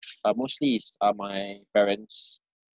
uh mostly is uh my parents